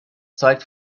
zeugt